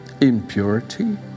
impurity